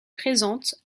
présente